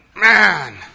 Man